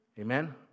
Amen